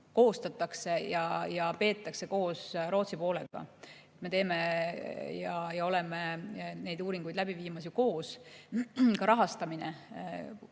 koostatakse ja peetakse [plaane] koos Rootsi poolega, me teeme ja oleme neid uuringuid läbi viimas ju koos. Ka rahastamine